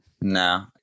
No